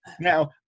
Now